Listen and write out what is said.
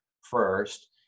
first